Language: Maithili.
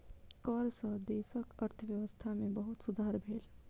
कर सॅ देशक अर्थव्यवस्था में बहुत सुधार भेल